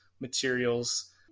materials